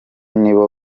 nibo